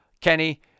Kenny